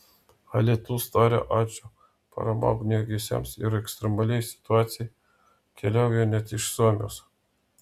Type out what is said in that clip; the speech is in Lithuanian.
alytus taria ačiū parama ugniagesiams ir ekstremaliai situacijai keliauja net iš suomijos